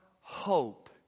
hope